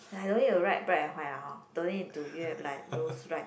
don't need to write right black and white la hor don't need to like those write